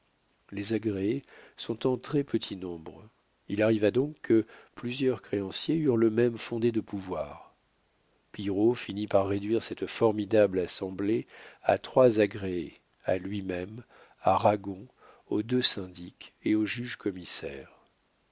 les agréés sont en très-petit nombre il arriva donc que plusieurs créanciers eurent le même fondé de pouvoir pillerault finit par réduire cette formidable assemblée à trois agréés à lui-même à ragon aux deux syndics et au juge commissaire